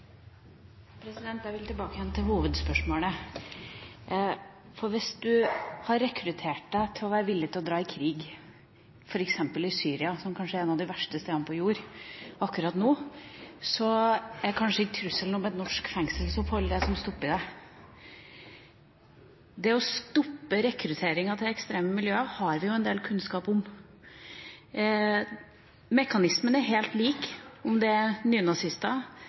Jeg vil tilbake igjen til hovedspørsmålet. Hvis en blir rekruttert og er villig til å dra ut i krig, f.eks. i Syria, som kanskje er et av de verste stedene på jord akkurat nå, er kanskje ikke trusselen om et norsk fengselsopphold det som stopper en. Det å stoppe rekrutteringa til ekstreme miljøer har vi jo en del kunnskap om. Mekanismen er helt lik, enten det gjelder nynazister,